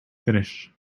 finish